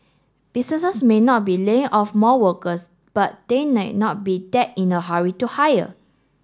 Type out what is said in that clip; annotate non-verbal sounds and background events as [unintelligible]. businesses may not be laying off more workers but they [unintelligible] not be that in a hurry to hire